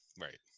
Right